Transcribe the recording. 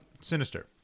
Sinister